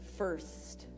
first